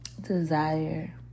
desire